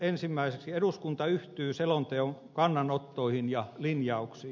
ensimmäiseksi eduskunta yhtyy selonteon kannanottoihin ja linjauksiin